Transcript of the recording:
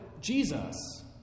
Jesus